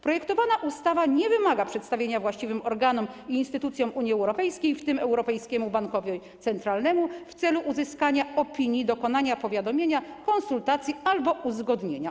Projektowana ustawa nie wymaga przedstawienia właściwym organom i instytucjom Unii Europejskiej, w tym Europejskiemu Bankowi Centralnemu, w celu uzyskania opinii, dokonania powiadomienia, konsultacji albo uzgodnienia.